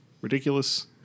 ridiculous